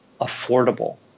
affordable